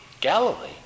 Galilee